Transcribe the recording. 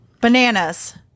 Bananas